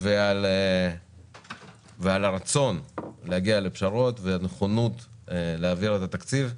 ועל הרצון להגיע לפשרות ונכונות להעביר את התקציב.